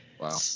Wow